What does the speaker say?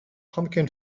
pumpkin